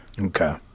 okay